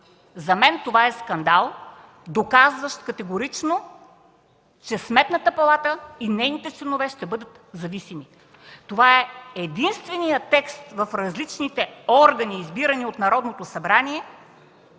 За мен това е скандал, категорично доказващ, че Сметната палата и нейните членове ще бъдат зависими. Това е единственият текст в различните органи, избирани от Народното събрание,